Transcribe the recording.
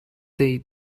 date